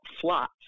flat